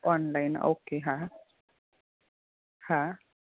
online okay હા હા